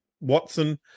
Watson